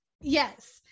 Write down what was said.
yes